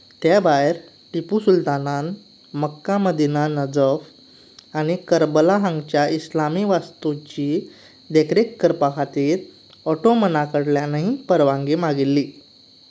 ते भायर टिपू सुलतानान मक्का मदिना नजफ आनी कर्बला हांगाच्या इस्लामी वास्तुची देखरेख करपा खातीर ऑटोमना कडल्यानय परवांगी मागिल्ली